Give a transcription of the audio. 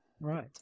Right